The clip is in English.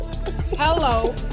Hello